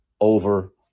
over